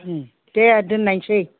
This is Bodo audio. उम दे दोननायसै